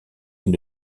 ils